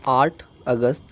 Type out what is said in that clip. आठ अगस्त